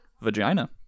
vagina